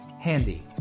Handy